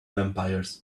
vampires